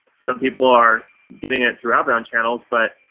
some people are getting it through outbound channels, but